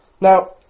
Now